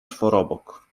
czworobok